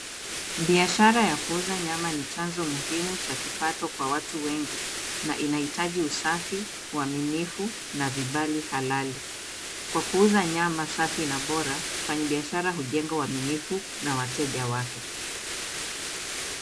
Biashara ya kuuza nyama ni chanzo muhimu cha kipato kwa watu wengi. Na inahitaji usafi, uaminifu na vibali halali. Kwa kuuza nyama safi na bora mfanyi biashara hujenga uaminifu na wateja wake.